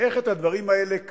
איך את הדברים האלה,